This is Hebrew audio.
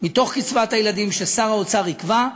מקצבת הילדים ששר האוצר יקבע.